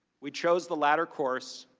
we chose the latter course,